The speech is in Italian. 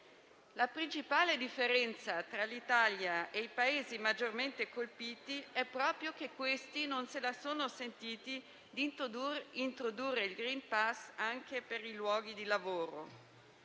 La principale differenza tra l'Italia e i Paesi maggiormente colpiti è proprio che questi non se la sono sentiti di introdurre il *green pass* anche per i luoghi di lavoro.